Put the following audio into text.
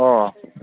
ꯑꯣ